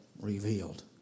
revealed